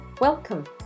Welcome